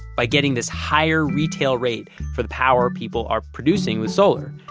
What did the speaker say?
by getting this higher retail rate for the power people are producing with solar.